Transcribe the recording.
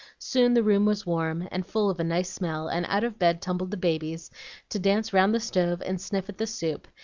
soon the room was warm, and full of a nice smell, and out of bed tumbled the babies to dance round the stove and sniff at the soup,